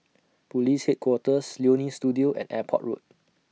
Police Headquarters Leonie Studio and Airport Road